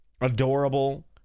adorable